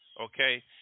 okay